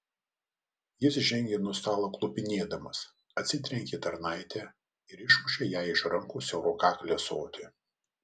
jis žengė nuo stalo klupinėdamas atsitrenkė į tarnaitę ir išmušė jai iš rankų siaurakaklį ąsotį